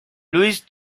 louis